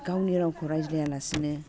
गावनि रावखौ रायज्लायालासिनो